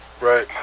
Right